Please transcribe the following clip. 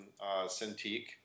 Cintiq